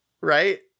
right